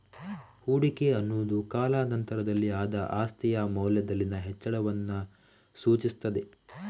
ಹೂಡಿಕೆ ಅನ್ನುದು ಕಾಲಾ ನಂತರದಲ್ಲಿ ಆದ ಆಸ್ತಿಯ ಮೌಲ್ಯದಲ್ಲಿನ ಹೆಚ್ಚಳವನ್ನ ಸೂಚಿಸ್ತದೆ